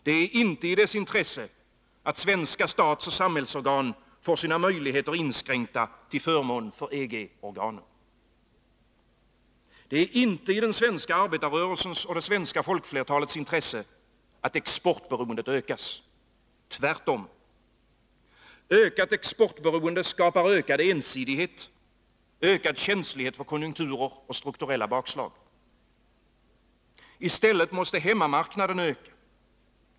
Det är inte i dess intresse att svenska statsoch samhällsorgan får sina möjligheter inskränkta till förmån för EG-organen. Det är inte i den svenska arbetarrörelsens och det svenska folkflertalets intresse att exportberoendet ökas — tvärtom. Ökat exportberoende skapar ökad ensidighet, ökad känslighet för konjunkturer och strukturella bakslag. I stället måste hemmamarknaden öka.